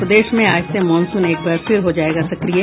और प्रदेश मे आज से मॉनसून एक बार फिर हो जायेगा सक्रिय